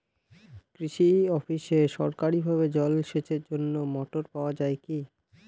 কৃষি অফিসে সরকারিভাবে জল সেচের জন্য মোটর পাওয়া যায় কি?